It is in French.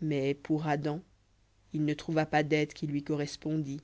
mais pour adam il ne trouva pas d'aide qui lui correspondît